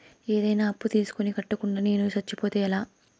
ఏదైనా అప్పు తీసుకొని కట్టకుండా నేను సచ్చిపోతే ఎలా